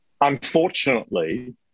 unfortunately